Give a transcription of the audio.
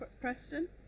Preston